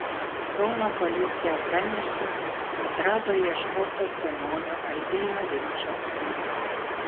kauno policija pranešė kad rado ieškoto senolio albino vinčo kūną